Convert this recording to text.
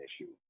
issue